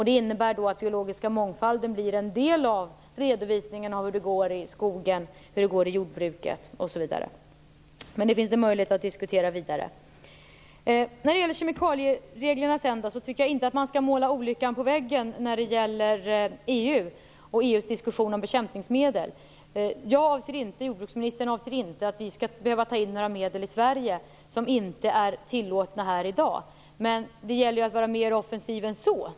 Det innebär att den biologiska mångfalden blir en del av redovisningen av hur det går i skogen, hur det går i jordbruket osv. Detta finns det möjlighet att diskutera vidare. Vad beträffar kemikaliereglerna tycker jag inte att man skall måla fan på väggen när det gäller EU och EU:s diskussion om bekämpningsmedel. Varken jag eller jordbruksministern anser att vi skall behöva ta in några medel i Sverige som inte är tillåtna här i dag, men det gäller att vara mer offensiv än så.